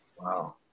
Wow